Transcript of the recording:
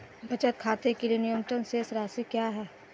बचत खाते के लिए न्यूनतम शेष राशि क्या है?